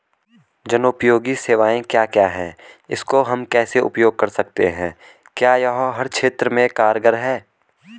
जनोपयोगी सेवाएं क्या क्या हैं इसको हम कैसे उपयोग कर सकते हैं क्या यह हर क्षेत्र में कारगर है?